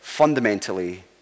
Fundamentally